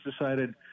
decided